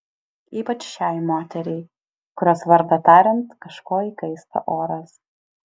ypač šiai moteriai kurios vardą tariant kažko įkaista oras